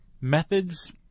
methods